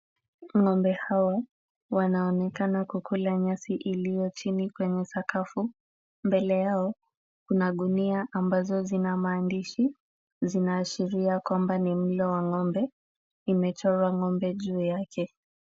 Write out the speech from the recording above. Ng'ombe hawa wanaonekana kukula nyasi iliyo chini kwenye sakafu mbele yao kuna gunia ambazo zina maandishi zinaashiria kwamba ni mlo wa ng'ombe imechorwa ng'ombe juu yake.